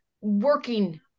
working